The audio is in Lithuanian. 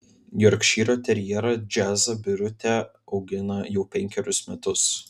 jorkšyro terjerą džiazą birutė augina jau penkerius metus